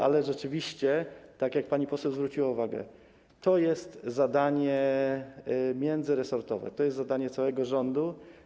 Ale rzeczywiście, tak jak pani poseł zwróciła uwagę, to jest zadanie międzyresortowe, to jest zadanie całego rządu.